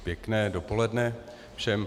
Pěkné dopoledne všem.